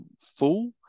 full